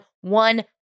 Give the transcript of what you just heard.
one